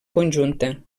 conjunta